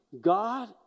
God